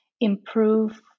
improve